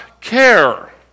care